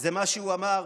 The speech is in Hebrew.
זה מה שהוא אמר.